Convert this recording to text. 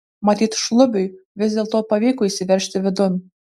matyt šlubiui vis dėlto pavyko įsiveržti vidun